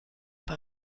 bei